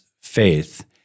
faith